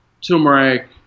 turmeric